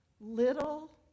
little